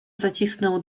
zacisnął